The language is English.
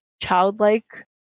childlike